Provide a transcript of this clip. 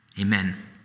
amen